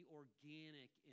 organic